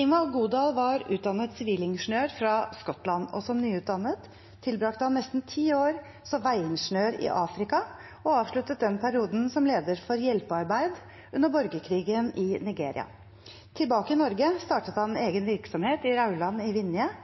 Ingvald Godal var utdannet sivilingeniør fra Skottland, og som nyutdannet tilbrakte han nesten ti år som veiingeniør i Afrika og avsluttet den perioden som leder for hjelpearbeid under borgerkrigen i Nigeria. Tilbake i Norge startet han egen virksomhet i Rauland i Vinje,